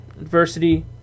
adversity